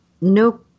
no